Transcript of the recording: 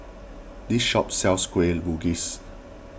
this shop sells Kueh Bugis